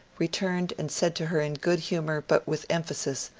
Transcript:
returned and said to her in good humour but with emphasis,